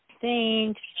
Thanks